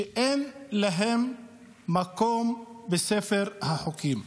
שאין להם מקום בספר החוקים.